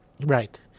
Right